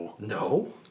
No